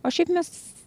o šiaip mes